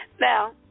now